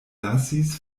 lasis